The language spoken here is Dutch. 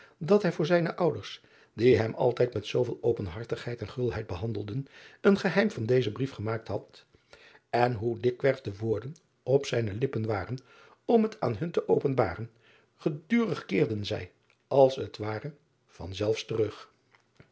dat hij voor zijne ouders die hem altijd met zooveel openhartigheid en gulheid behandelden een geheim van dezen brief gemaakt had en hoe dikwerf de woorden op zijne lippen waren om het aan hun te openbaren gedurig keerden zij als het ware van zelfs terug